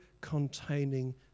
containing